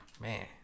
man